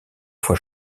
fois